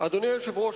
אדוני היושב-ראש,